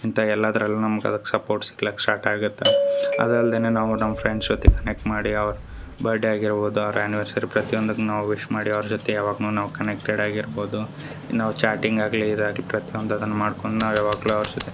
ಇಂತ ಎಲ್ಲದರಲ್ಲೂ ನಮಗೆ ಅದಕ್ಕೆ ಸಪೋರ್ಟ್ ಸಿಕ್ಲಕ್ ಸ್ಟಾರ್ಟ್ ಆಗತ್ತೆ ಅದು ಅಲ್ದೇನೆ ನಾವು ನಮ್ಮ ಫ್ರೆಂಡ್ಸ್ ಜೊತೆ ಕನೆಕ್ಟ್ ಮಾಡಿ ಅವ್ರ ಬರ್ಡೇ ಆಗಿರ್ಬೋದು ಅವ್ರ ಆ್ಯನಿವರ್ಸರಿ ಪ್ರತಿಯೊಂದಕ್ಕೆ ನಾವು ವಿಶ್ ಮಾಡಿ ಅವ್ರ ಜೊತೆ ಯಾವಾಗ್ನು ನಾವು ಕನೆಕ್ಟೆಡ್ ಆಗಿ ಇರ್ಬೋದು ನಾವು ಚಾಟಿಂಗ್ ಆಗಲಿ ಇದು ಆಗಲಿ ಪ್ರತಿಯೊಂದು ಅದನ್ನ ಮಾಡ್ಕೊಂಡು ನಾವು ಯಾವಾಗಲೂ ಅವ್ರ ಜೊತೆ